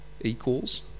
Equals